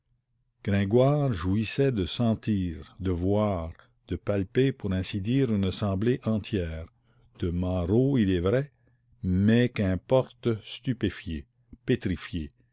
gringoire jouissait de sentir de voir de palper pour ainsi dire une assemblée entière de marauds il est vrai mais qu'importe stupéfiée pétrifiée